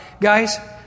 Guys